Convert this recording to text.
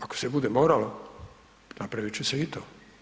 Ako se bude moralo napravit će se i to.